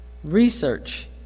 Research